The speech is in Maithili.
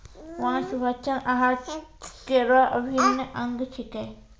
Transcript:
मांस भक्षण आहार केरो अभिन्न अंग छिकै